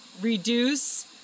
reduce